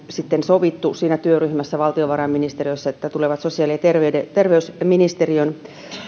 sitten on sovittu siinä työryhmässä valtiovarainministeriössä näin että nämä tulevat sosiaali ja terveysministeriön